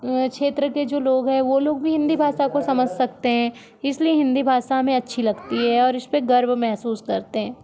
क्षेत्र के जो लोग है वो लोग भी हिन्दी भाषा को समझ सकते है इसलिए हिन्दी भाषा हमें अच्छी लगती है और उस पर गर्व महसूस करते हैं